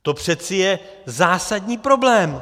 To přece je zásadní problém.